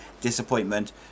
disappointment